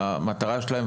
המטרה שלהן,